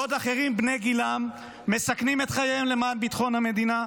בעוד אחרים בני גילם מסכנים את חייהם למען ביטחון המדינה?